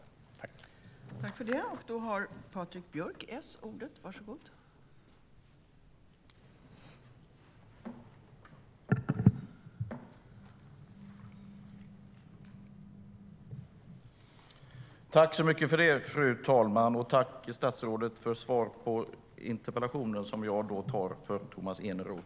Då Tomas Eneroth , som framställt interpellationen, anmält att han var förhindrad att närvara vid sammanträdet medgav förste vice talmannen att Patrik Björck i stället fick delta i överläggningen.